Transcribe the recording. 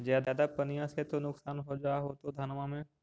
ज्यादा पनिया से तो नुक्सान हो जा होतो धनमा में?